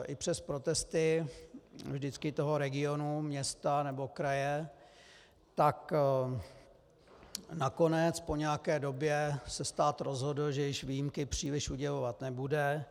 I přes protesty vždycky toho regionu, města nebo kraje nakonec po nějaké době se stát rozhodl, že již výjimky příliš udělovat nebude.